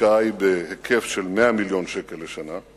ההשקעה היא בהיקף של 100 מיליון שקל לשנה.